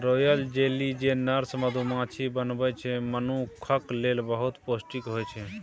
royal jelly जे nurse मधुमाछी बनबै छै मनुखक लेल बहुत पौष्टिक होइ छै